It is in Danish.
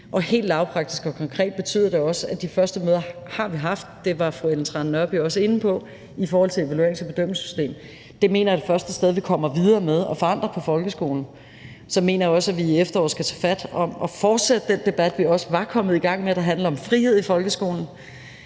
Helt lavpraktisk og konkret betyder det også, at vi har haft de første møder, og det var fru Ellen Trane Nørby også inde på, om et evaluerings- og bedømmelsessystem. Det mener jeg er det første sted vi skal komme videre med og dermed forandre folkeskolen. Så mener jeg også, at vi i efteråret skal tage fat om at fortsætte den debat, vi var kommet i gang med, der handler om frihed i folkeskolen.